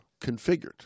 configured